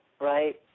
right